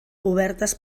obertes